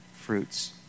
fruits